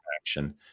action